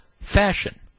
fashion